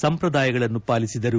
ಸಂಪ್ರದಾಯಗಳನ್ನು ಪಾಲಿಸಿದರು